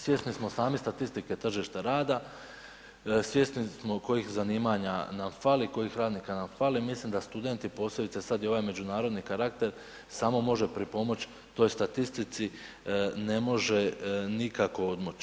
Svjesni smo sami statistike tržišta rada, svjesni smo kojih zanimanja nam fali, kojih radnika nam fali, mislim da studenti posebice sad i ovaj međunarodni karakter samo može pripomoć toj statistici ne može nikako odmoći.